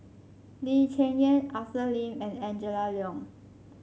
Lee Cheng Yan Arthur Lim and Angela Liong